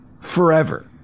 forever